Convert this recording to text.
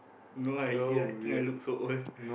no idea think I look so old